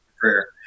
prayer